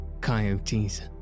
coyotes